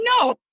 no